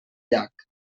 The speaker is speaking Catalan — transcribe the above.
llac